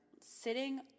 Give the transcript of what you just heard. sitting